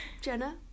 Jenna